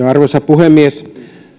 arvoisa puhemies